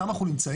שם אנחנו נמצאים,